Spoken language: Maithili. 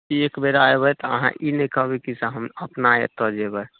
एकबेर अएबै तऽ अहाँ ई नहि कहबै कि से हम अपना एतऽ जएबै